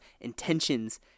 intentions